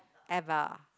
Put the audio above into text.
ever